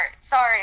Sorry